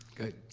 good.